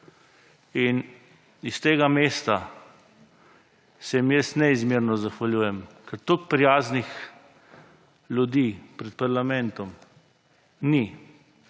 S tega mesta se jim neizmerno zahvaljujem, ker toliko prijaznih ljudi pred parlamentom ni;